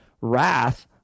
wrath